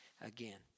again